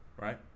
Right